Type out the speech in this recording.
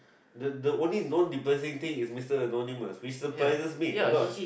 the the only non depressing thing is Mister Anonymous which surprises me a lot